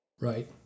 Right